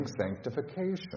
sanctification